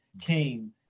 came